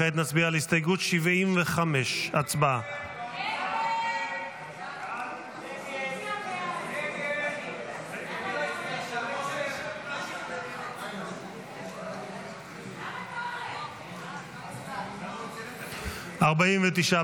כעת נצביע על הסתייגות 75. הצבעה.